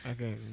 Okay